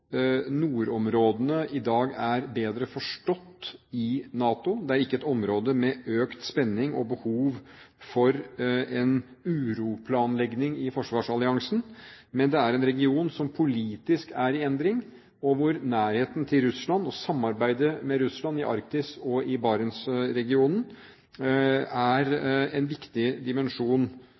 nordområdene i dag er bedre forstått i NATO. Det er ikke et område med økt spenning og behov for en «uroplanlegging» i forsvarsalliansen, men det er en region som er i endring politisk, og hvor nærheten til Russland og samarbeidet med Russland i Arktis og i Barentsregionen er en viktig dimensjon